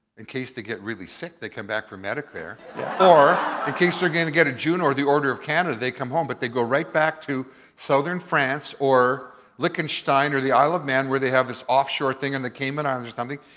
in case they get really sick, they come back for medicare. rb yeah or in ah case they're gonna get a juno or the order of canada, they come home but they go right back to southern france or lichtenstein or the isle of man where they have this offshore thing in the cayman islands or something,